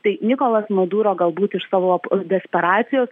tai nikolas maduro galbūt iš savo desperacijos